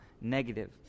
negative